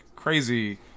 Crazy